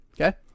okay